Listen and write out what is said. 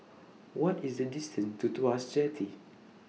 What IS The distance to Tuas Jetty